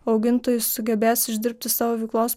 augintojai sugebės išdirbti savo veiklos